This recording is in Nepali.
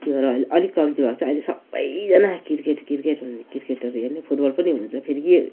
त्यो भएर अहिले अलिक कम्ती भएको छ अहिले सबैजना क्रिकेट क्रिकेट क्रिकेटहरू हेर्ने फुटबल पनि हुन्छ फेरि के यो